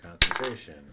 Concentration